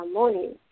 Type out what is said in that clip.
morning